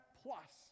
plus